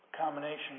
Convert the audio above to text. combination